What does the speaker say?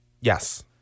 Yes